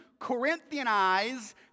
Corinthianize